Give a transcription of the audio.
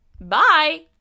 Bye